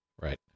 Right